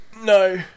No